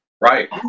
Right